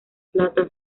plata